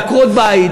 בעקרות-בית,